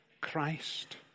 Christ